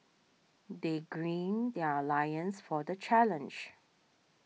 they green their lions for the challenge